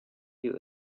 you